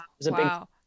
Wow